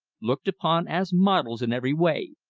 looked upon as models in every way,